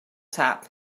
tap